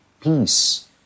peace